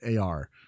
AR